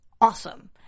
awesome